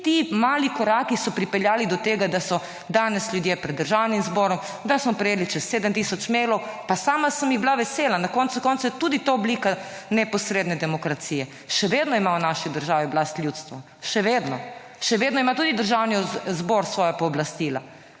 ti mali koraki so pripeljali do tega, da so danes ljudje pred Državnim zborom, da smo prejeli čez 7 tisoč mailov. Pa sama sem jih bila vesela, na koncu koncev je tudi to oblika neposredne demokracije. Še vedno ima v naši državi oblast ljudstvo. Še vedno. Še vedno ima tudi Državni zbor svoja pooblastila.